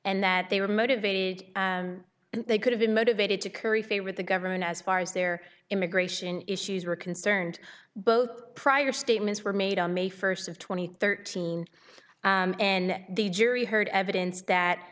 and that they were motivated they could have been motivated to curry favor with the government as far as their immigration issues were concerned both prior statements were made on may first of two thousand and thirteen and the jury heard evidence that